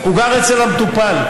הוא גר אצל המטופל.